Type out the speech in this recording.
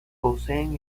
poseen